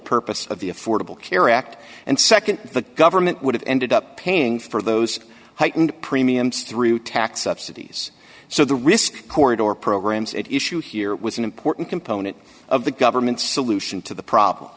purpose of the affordable care act and nd the government would have ended up paying for those heightened premiums through tax subsidies so the risk corridor programs at issue here was an important component of the government's solution to the problem